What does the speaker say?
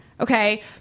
okay